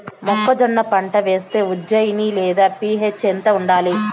మొక్కజొన్న పంట వేస్తే ఉజ్జయని లేదా పి.హెచ్ ఎంత ఉండాలి?